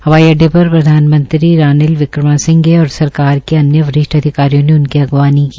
हवाई अड्डे पर प्रधानमंत्री रानिल विक्रमोसिंघे और सरकार के अन्य वरिष्ठ अधिकारियों ने उनकी अगवानी की